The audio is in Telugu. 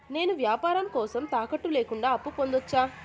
నేను వ్యాపారం కోసం తాకట్టు లేకుండా అప్పు పొందొచ్చా?